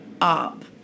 up